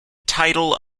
title